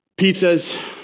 Pizzas